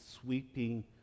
sweeping